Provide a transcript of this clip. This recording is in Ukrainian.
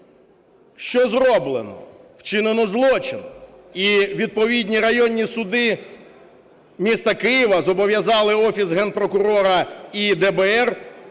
Що зроблено? Вчинено злочин, і відповідні районні суди міста Києва зобов'язали Офіс Генпрокурора і ДБР